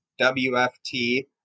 WFT